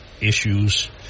issues